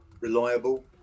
reliable